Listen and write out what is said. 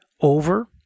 over